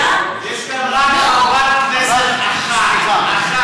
יש כאן רק חברת כנסת אחת,